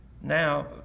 now